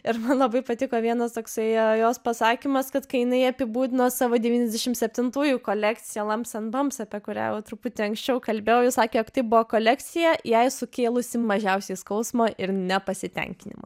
ir labai patiko vienas toksai a jos pasakymas kad kai jinai apibūdino savo devyniasdešimt septintųjų kolekcija lams en bams apie kurią jau truputį anksčiau kalbėjau ji sakė kad tai buvo kolekcija jai sukėlusi mažiausiai skausmo ir nepasitenkinimo